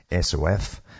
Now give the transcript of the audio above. SOF